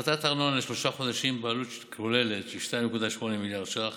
הפחתת ארנונה לשלושה חודשים בעלות כוללת של 2.8 מיליארד ש"ח,